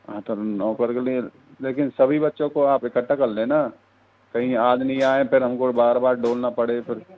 हाँ तो नौकर के लेकिन सभी बच्चों को आप इकठ्ठा कर लेना कही आज नहीं आए फिर हमको बार बार दौड़ना पड़े